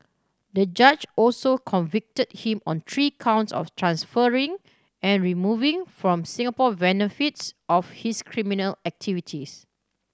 the judge also convicted him on three counts of transferring and removing from Singapore benefits of his criminal activities